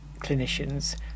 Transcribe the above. clinicians